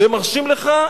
ומרשים לך,